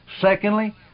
Secondly